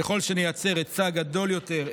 ככל שנייצר היצע גדול יותר,